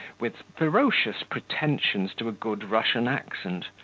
with ferocious pretensions to a good russian accent,